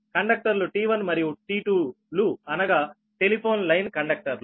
కండక్టర్లు T1 మరియు T2 లు అనగా టెలిఫోన్ లైన్ కండక్టర్లు